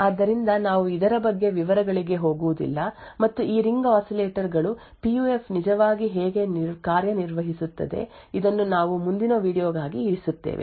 ಆದ್ದರಿಂದ ನಾವು ಇದರ ಬಗ್ಗೆ ವಿವರಗಳಿಗೆ ಹೋಗುವುದಿಲ್ಲ ಮತ್ತು ಈ ರಿಂಗ್ ಆಸಿಲೇಟರ್ ಗಳು ಪಿ ಯು ಎಫ್ ನಿಜವಾಗಿ ಹೇಗೆ ಕಾರ್ಯನಿರ್ವಹಿಸುತ್ತದೆ ಇದನ್ನು ನಾವು ಮುಂದಿನ ವೀಡಿಯೊ ಗಾಗಿ ಇರಿಸುತ್ತೇವೆ